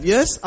Yes